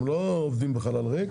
הם לא עובדים בחלל ריק.